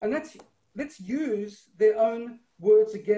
אז תנצלו אותנו.